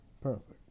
perfect